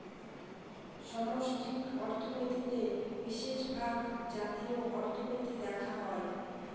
সামষ্টিক অর্থনীতিতে বিশেষভাগ জাতীয় অর্থনীতি দেখা হয়